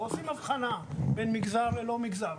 עושים אבחנה בין מגזר ללא מגזר.